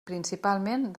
principalment